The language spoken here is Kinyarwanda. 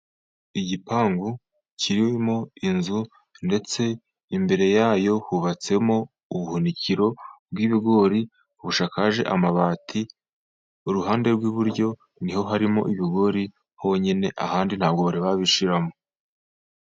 Igipangu kiririmo inzu. Ndetse imbere yayo hubatsemo ubuhunikiro bwi'ibigori, bushakaje amabati. Iruhande rw'iburyo ni ho harimo ibigori honyine. Ahandi nta bwo bari babishyiramo.